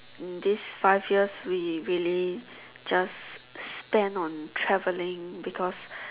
these five years we really just spent on traveling because